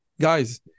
guys